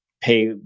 pay